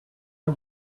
are